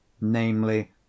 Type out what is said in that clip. namely